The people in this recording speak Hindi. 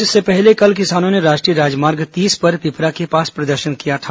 इससे पहले कल किसानों ने राष्ट्रीय राजमार्ग तीस पर पिपरा के पास प्रदर्शन किया था